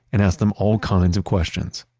and asked them all kinds of questions,